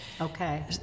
Okay